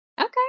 Okay